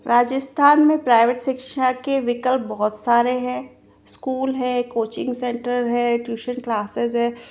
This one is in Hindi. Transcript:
राजस्थान में प्राइवेट शिक्षा के विकल्प बहुत सारे हैं स्कूल है कोचिंग सैंटर है टयूशन क्लासेज़ है